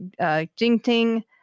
Jingting